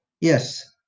Yes